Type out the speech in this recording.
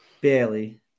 barely